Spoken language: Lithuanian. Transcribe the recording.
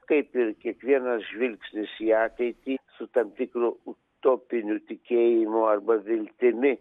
kaip ir kiekvienas žvilgsnis į ateitį su tam tikru utopiniu tikėjimu arba viltimi